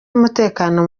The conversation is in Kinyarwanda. umutekano